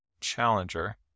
Challenger